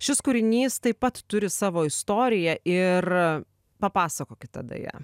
šis kūrinys taip pat turi savo istoriją ir papasakokit tada ją